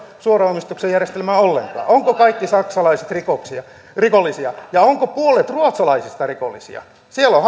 suoran omistuksen järjestelmää ollenkaan ovatko kaikki saksalaiset rikollisia ja onko puolet ruotsalaisista rikollisia siellä on